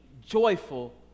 joyful